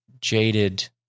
jaded